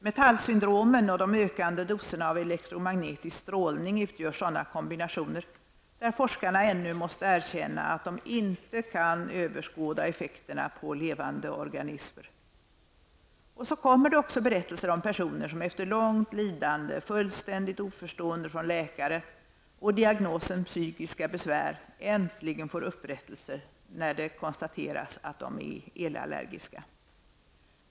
Metallsyndromen och de ökande doserna av elektromagnetisk strålning utgör sådana kombinationer där forskarna ännu måste erkänna att de inte kan överskåda effekterna på levande organismer. Så kommer det också berättelser om personer, som efter långt lidande, fullständigt oförstående från läkare och diagnosen psykiska besvär äntligen får upprättelse när det konstateras att de är elallergiska.